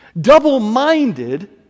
Double-minded